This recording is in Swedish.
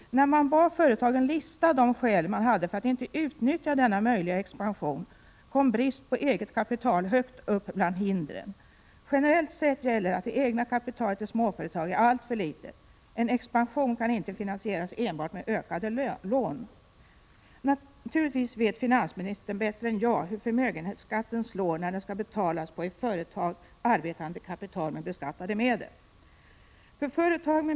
När man bad företagen lista de skäl man hade för att inte utnyttja denna möjliga expansion, kom brist på eget kapital högt upp bland hindren. Generellt sett gäller att det egna kapitalet i småföretag är alltför litet. En expansion kan inte finansieras enbart med ökade lån. Finansministern vet naturligtvis bättre än jag hur förmögenhetsskatten slår när den skall betalas på i företag arbetande kapital med beskattade medel.